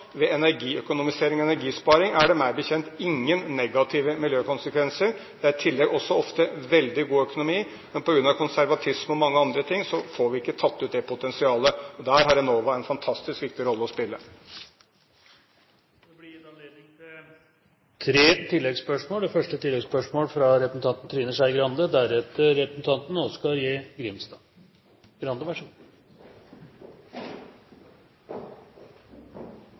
Ved energiøkonomisering og energisparing er det meg bekjent ingen negative miljøkonsekvenser. Det er i tillegg også ofte veldig god økonomi. Men på grunn av konservatisme og mange andre ting får vi ikke tatt ut det potensialet. Der har Enova en fantastisk viktig rolle å spille. Det blir gitt anledning til tre oppfølgingsspørsmål – først Trine Skei Grande.